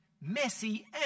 messy